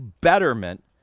betterment